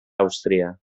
àustria